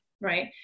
right